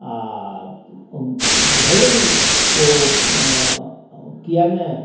आ भले ही ओ किएक नहि